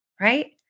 Right